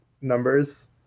numbers